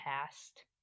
past